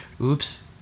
Oops